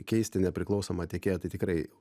keisti nepriklausomą tiekėją tai tikrai